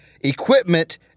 equipment